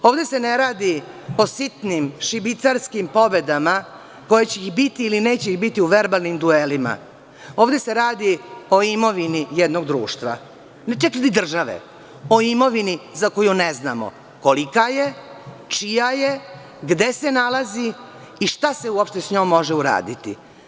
Ovde se ne radi o sitnim, šibicarskim pobedama kojih će biti ili ih neće biti u verbalnim duelima, ovde se radi o imovini jednog društva, ne čak ni države, o imovini za koju ne znamo kolika je, čija je, gde se nalazi i šta se uopšte sa njom može uraditi.